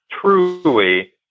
truly